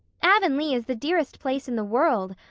avonlea is the dearest place in the world,